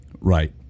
right